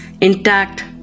intact